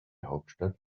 hauptstadt